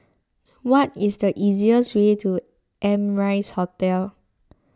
what is the easiest way to Amrise Hotel